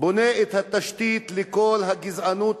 בונה את התשתית לכל הגזענות,